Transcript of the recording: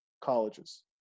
colleges